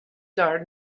dár